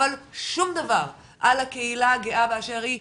אבל שום דבר על הקהילה הגאה באשר היא,